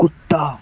کتا